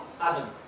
Adam